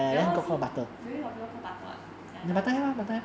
ya lor you see really got people called butter what